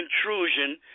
intrusion